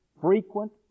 frequent